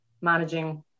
managing